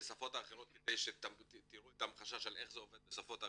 לשפות אחרות כדי שתראו את ההמחשה של איך זה עובד בשפות האחרות,